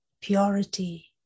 Purity